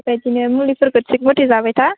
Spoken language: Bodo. बेबायदिनो मुलिफोरखौ थिखमथे जाबाय था